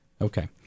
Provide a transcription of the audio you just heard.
Okay